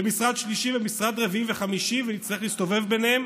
ומשרד שלישי ומשרד רביעי וחמישי ונצטרך להסתובב ביניהם